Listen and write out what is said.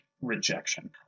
rejection